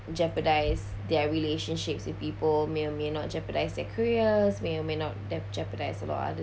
jeopardise their relationships with people may or may not jeopardise their careers may or may not dap~ jeopardise a lot other